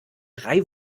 drei